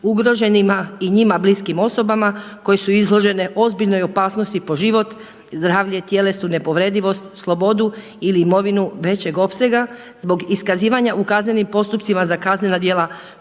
ugroženima i njima bliskim osobama koje su izložene ozbiljnoj opasnosti po život, zdravlje, tjelesnu nepovredivost, slobodu ili imovinu većeg opsega zbog iskazivanja u kaznenim postupcima za kaznena djela